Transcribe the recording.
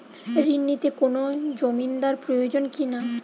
ঋণ নিতে কোনো জমিন্দার প্রয়োজন কি না?